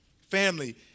Family